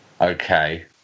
okay